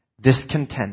discontent